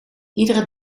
iedere